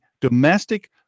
domestic